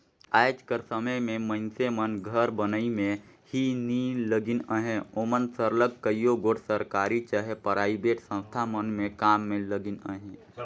आएज कर समे में मइनसे मन घर बनई में ही नी लगिन अहें ओमन सरलग कइयो गोट सरकारी चहे पराइबेट संस्था मन में काम में लगिन अहें